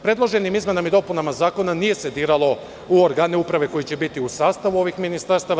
Predloženim izmenama i dopunama Zakona nije se diralo u organe uprave koji će biti u sastavu ovih ministarstava.